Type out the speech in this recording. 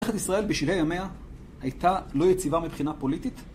מדינת ישראל בשלהי ימיה הייתה לא יציבה מבחינה פוליטית.